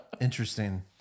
Interesting